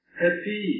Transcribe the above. happy